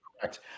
Correct